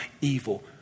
evil